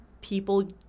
people